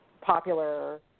popular